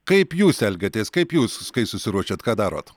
kaip jūs elgiatės kaip jūs kai susiruošiat ką darot